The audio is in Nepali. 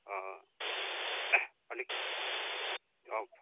अलिक अब्